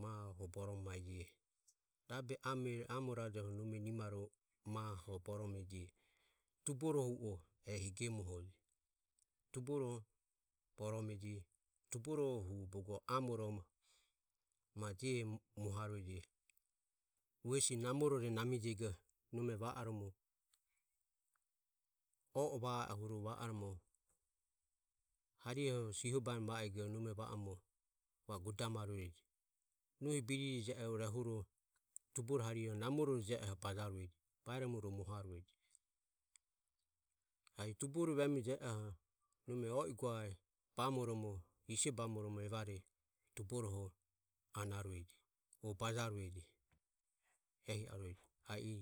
Maho hu borome maeje rabe ame amoraje nohi nimaruoho tuboro hu o ehi gemohoji. tuboroho boromaeji, tuboroho hu bogo amoroho maje mohaureje hu hesi namorore namijajego nome va oromo oe o va oromo harihoho siho baeromo va oromo va o gudamaure nohi biririre je ero huro tuboro hariho bajarue. bairomo ro moharue ehi tubore veme jieoho nome bamoromo hisie bamoromo anarueje o bajarueje a i